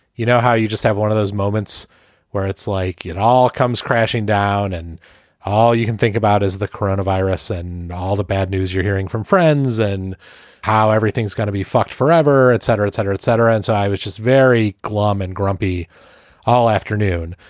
you know, how you just have one of those moments where it's like it all comes crashing down and all you can think about is the corona virus and all the bad news you're hearing from friends and how everything's gonna be fucked forever, etc, etc, etc. and so i was just very glum and grumpy all afternoon,